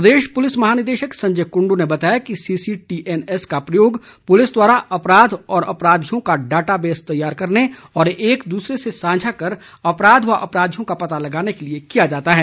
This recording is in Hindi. प्रदेश पुलिस महानिदेशक संजय कुंडु ने बताया कि सीसीटीएनएस का प्रयोग पुलिस द्वारा अपराध व अपराधियों का डाटा बेस तैयार करने और एक द्रसरे से साझा कर अपराध व अपराधियों का पता लगाने के लिए किया जाता है